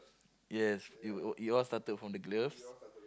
yes it wi~ it all started from the gloves